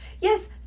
Yes